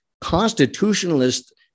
constitutionalist